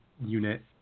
unit